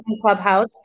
Clubhouse